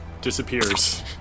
disappears